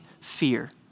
fear